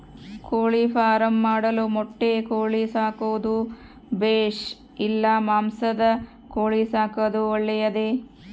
ಕೋಳಿಫಾರ್ಮ್ ಮಾಡಲು ಮೊಟ್ಟೆ ಕೋಳಿ ಸಾಕೋದು ಬೇಷಾ ಇಲ್ಲ ಮಾಂಸದ ಕೋಳಿ ಸಾಕೋದು ಒಳ್ಳೆಯದೇ?